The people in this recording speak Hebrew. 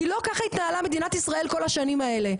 כי לא ככה התנהלה מדינת ישראל כל השנים האלה,